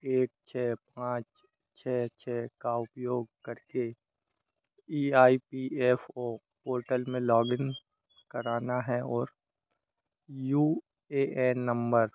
एक छ पाँच छ छ का उपयोग करके E I P F O portal में लॉगिन कराना है और यू ए एन नंबर